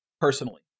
personally